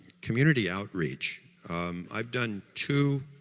community outreach i've done two